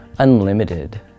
unlimited